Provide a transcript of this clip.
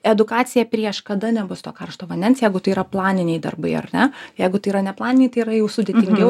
edukacija prieš kada nebus to karšto vandens jeigu tai yra planiniai darbai ar ne jeigu tai yra neplaniniai tai yra jau sudėtingiau